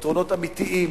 פתרונות אמיתיים,